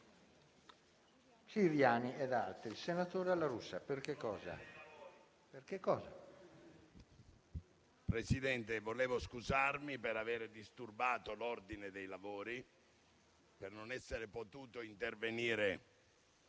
Presidente, volevo scusarmi per avere disturbato l'ordine dei lavori e per non essere potuto intervenire